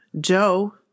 joe